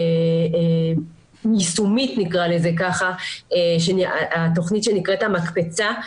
יישומית, נקרא לזה ככה, תוכנית שנקראת המקפצה,